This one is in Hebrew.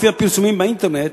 לפי הפרסומים באינטרנט,